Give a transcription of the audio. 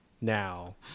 now